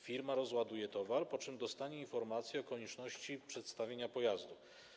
Firma rozładuje towar, po czym dostanie informację o konieczności przedstawienia pojazdu.